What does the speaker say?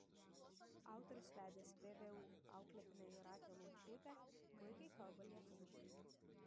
autorius vedęs vvu auklėtinę jūratę laučiūtę puikiai kalba lietuviškai